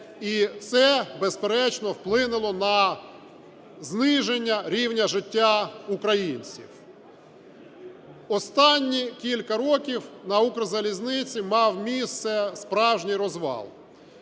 і це, безперечно, вплинуло на зниження рівня життя українців. Останні кілька років на "Укрзалізниці" мав місце справжній розвал.